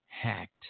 hacked